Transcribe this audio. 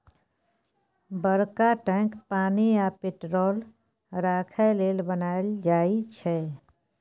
बरका टैंक पानि आ पेट्रोल राखय लेल बनाएल जाई छै